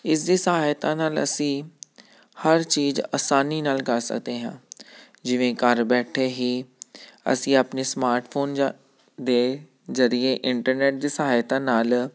ਇਸ ਦੀ ਸਹਾਇਤਾ ਨਾਲ ਅਸੀਂ ਹਰ ਚੀਜ਼ ਆਸਾਨੀ ਨਾਲ ਕਰ ਸਕਦੇ ਹਾਂ ਜਿਵੇਂ ਘਰ ਬੈਠੇ ਹੀ ਅਸੀਂ ਆਪਣੇ ਸਮਾਰਟ ਫੋਨ ਜਾਂ ਦੇ ਜ਼ਰੀਏ ਇੰਟਰਨੈਟ ਦੇ ਸਹਾਇਤਾ ਨਾਲ